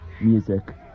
music